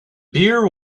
beer